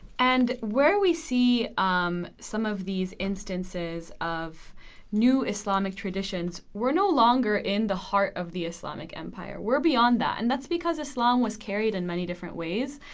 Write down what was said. and where we see um some of these instances of new islamic traditions were no longer in the heart of the islamic empire. we're beyond that. and that's because islam was carried in many different ways.